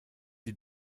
die